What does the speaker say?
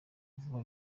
vuba